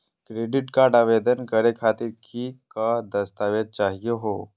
Credit card आवेदन करे खातीर कि क दस्तावेज चाहीयो हो?